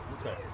okay